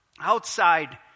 outside